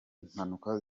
impanuka